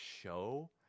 show